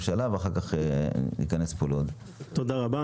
תודה רבה.